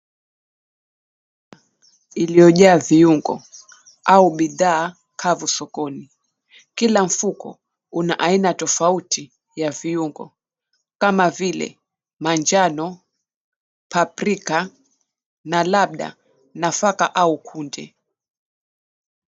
Iliyojaa viungo au bidhaa kavu sokoni. Kila mfuko una aina tofauti ya viungo kama vile manjano, paprika na labda nafaka au kunde.